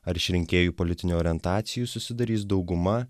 ar iš rinkėjų politinių orientacijų susidarys dauguma